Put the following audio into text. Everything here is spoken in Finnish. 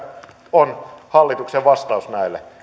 on hallituksen vastaus näille ihmisille